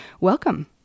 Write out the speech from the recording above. Welcome